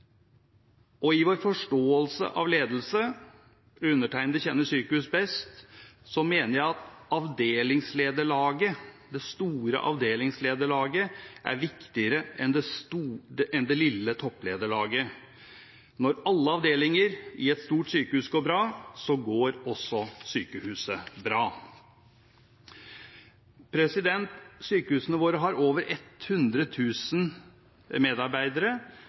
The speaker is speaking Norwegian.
Og i vår forståelse av ledelse – undertegnede kjenner sykehus best – mener jeg at det store avdelingslederlaget er viktigere enn det lille topplederlaget. Når alle avdelinger i et stort sykehus går bra, så går også sykehuset bra. Sykehusene våre har over 100 000 medarbeidere.